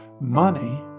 money